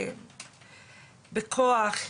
בכוח,